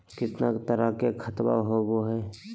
कितना तरह के खातवा होव हई?